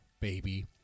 baby